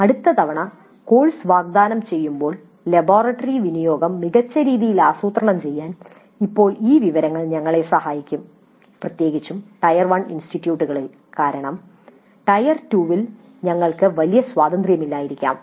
" അടുത്ത തവണ കോഴ്സ് വാഗ്ദാനം ചെയ്യുമ്പോൾ ലബോറട്ടറി വിനിയോഗം മികച്ച രീതിയിൽ ആസൂത്രണം ചെയ്യാൻ ഇപ്പോൾ ഈ വിവരങ്ങൾ ഞങ്ങളെ സഹായിക്കും പ്രത്യേകിച്ചും ടയർ 1 ഇൻസ്റ്റിറ്റ്യൂട്ടുകളിൽ കാരണം ടയർ 2 ൽ ഞങ്ങൾക്ക് വലിയ സ്വാതന്ത്ര്യമില്ലായിരിക്കാം